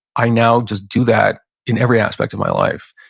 i now just do that in every aspect of my life.